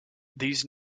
these